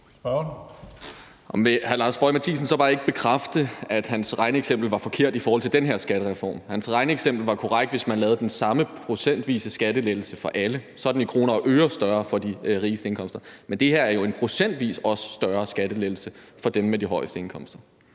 hr. Lars Boje Mathiesen så ikke bare bekræfte, at hans regneeksempel var forkert i forhold til den her skattereform? Hans regneeksempel ville være korrekt, hvis man lavede den samme procentvise skattelettelse for alle; så ville den i kroner og øre være større for dem med de højeste indkomster. Men det her er jo en procentvis større skattelettelse for dem med de højeste indkomster.